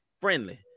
friendly